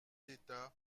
d’état